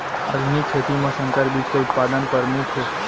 आधुनिक खेती मा संकर बीज के उत्पादन परमुख हे